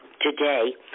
today